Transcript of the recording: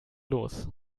los